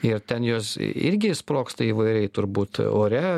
ir ten jos irgi sprogsta įvairiai turbūt ore